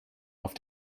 auf